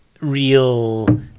real